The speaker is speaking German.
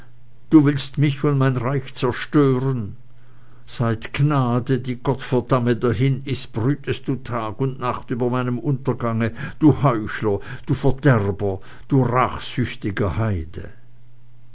du willst mich und mein reich zerstören seit gnade die gott verdamme dahin ist brütest du tag und nacht über meinem untergange du heuchler du verderber du rachsüchtiger heide